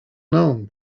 known